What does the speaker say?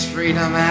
Freedom